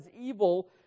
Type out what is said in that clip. evil